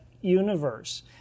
universe